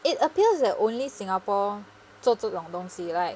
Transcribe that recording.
it appears that only singapore 做这种东西 like